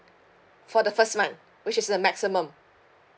for the first month which is the maximum